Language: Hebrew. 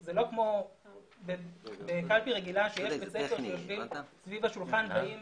זה לא כמו בקלפי רגילה שיש בבתי ספר ויושבים סביב השולחן ובאים